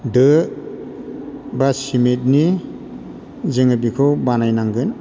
दो बा सिमेटनि जोङो बिखौ बानायनांगोन